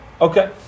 Okay